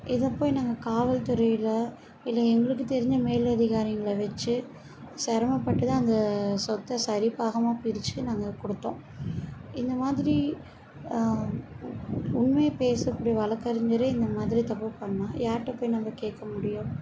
இதை போய் நாங்கள் காவல்துறையில் இல்லை எங்களுக்கு தெரிஞ்ச மேல் அதிகாரிங்களை வச்சு சிரமப்பட்டு தான் அங்கே சொத்தை சரிபாகமாக பிரிச்சு நாங்கள் கொடுத்தோம் இந்த மாதிரி உண்மை பேசக்கூடிய வழக்றிஞரே இந்த மாதிரி தப்பு பண்ணால் யார்கிட்ட போய் நம்ம கேட்க முடியும்